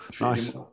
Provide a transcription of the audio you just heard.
nice